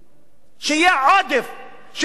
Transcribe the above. כשיהיה עודף של מקומות עבודה,